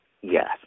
Yes